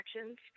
actions